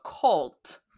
cult